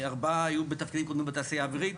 ארבעה היו בתפקידים קודמים בתעשייה האווירית,